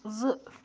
زٕ